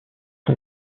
son